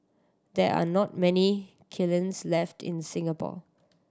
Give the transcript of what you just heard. there are not many kilns left in Singapore